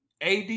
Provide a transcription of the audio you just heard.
AD